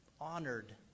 honored